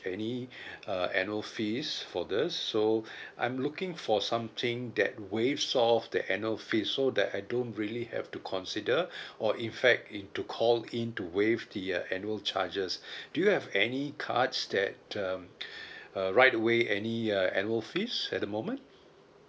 any uh annual fees for this so I'm looking for something that waives off the annual fees so that I don't really have to consider or in fact in to call in to waive the uh annual charges do you have any cards that um uh write away any uh annual fees at the moment